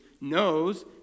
knows